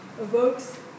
evokes